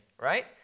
right